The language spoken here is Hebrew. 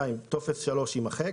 טופס 3, יימחק"